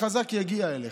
החזק יגיע אליך,